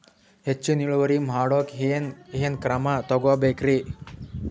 ಹೆಚ್ಚಿನ್ ಇಳುವರಿ ಮಾಡೋಕ್ ಏನ್ ಏನ್ ಕ್ರಮ ತೇಗೋಬೇಕ್ರಿ?